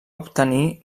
obtenir